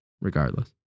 regardless